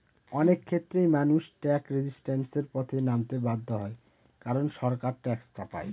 অনেক ক্ষেত্রেই মানুষ ট্যাক্স রেজিস্ট্যান্সের পথে নামতে বাধ্য হয় কারন সরকার ট্যাক্স চাপায়